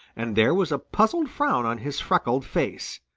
and there was a puzzled frown on his freckled face.